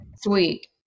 Sweet